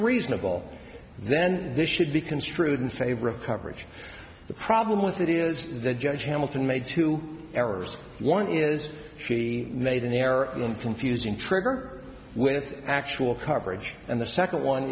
reasonable then this should be construed in favor of coverage the problem with that is the judge hamilton made two errors one is she made an error in confusing trigger with actual coverage and the second one